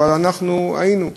אבל אנחנו היינו וראינו.